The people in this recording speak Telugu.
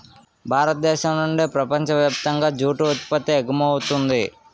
భారతదేశం నుండి ప్రపంచ వ్యాప్తంగా జూటు ఉత్పత్తి ఎగుమవుతుంది